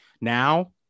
now